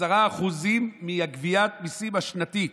10% מגביית המיסים השנתית.